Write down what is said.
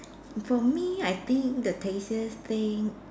for me I think the tastiest thing